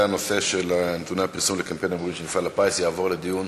הנושא של נתוני הפרסום של קמפיין ההימורים של מפעל הפיס יועבר לדיון